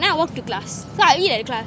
then I walk to class so I'll eat at the class